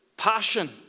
Passion